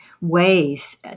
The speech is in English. ways